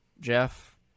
Jeff